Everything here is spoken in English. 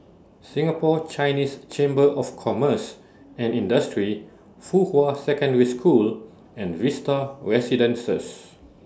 Singapore Chinese Chamber of Commerce and Industry Fuhua Secondary School and Vista Residences